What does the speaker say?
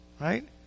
Right